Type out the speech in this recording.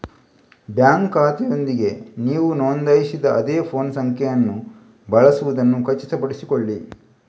bank ಖಾತೆಯೊಂದಿಗೆ ನೀವು ನೋಂದಾಯಿಸಿದ ಅದೇ ಫೋನ್ ಸಂಖ್ಯೆಯನ್ನು ಬಳಸುವುದನ್ನು ಖಚಿತಪಡಿಸಿಕೊಳ್ಳಿ